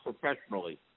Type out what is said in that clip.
professionally